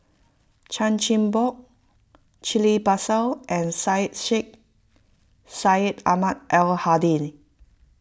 Chan Chin Bock Ghillie Basan and Syed Sheikh Syed Ahmad Al Hadi